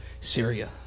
Syria